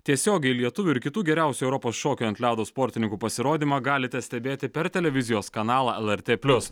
tiesiogiai lietuvių ir kitų geriausių europos šokių ant ledo sportininkų pasirodymą galite stebėti per televizijos kanalą lrt plius